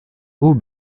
hauts